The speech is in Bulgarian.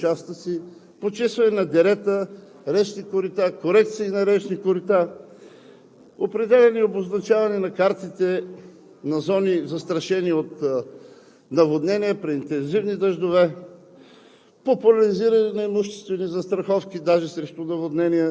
като започнем от залесяване на ерозирали участъци, почистване на дерета, речни корита, корекции на речни корита, определяне и обозначаване на карта на зоните, застрашени от наводнения при интензивни дъждове,